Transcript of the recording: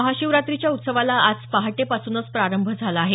महाशिवरात्रीच्या उत्सवाला आज पहाटेपासूनच प्रारंभ झाला आहे